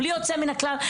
בלי יוצא מן הכלל,